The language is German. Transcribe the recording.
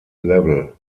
level